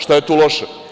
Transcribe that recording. Šta je tu loše?